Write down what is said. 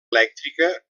elèctrica